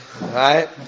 Right